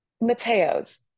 Mateo's